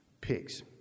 pigs